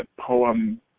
poem